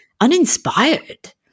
uninspired